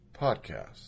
podcast